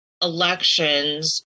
elections